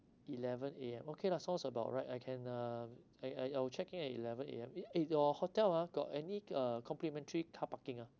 eleven A_M okay lah sounds about right I can uh I I I will check in at eleven A_M eh eh your hotel ah got any uh complementary car parking ah